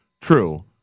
True